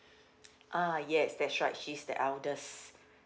uh yes that's right she's the eldest